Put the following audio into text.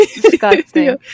disgusting